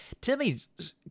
Timmy's